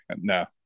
no